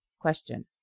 Question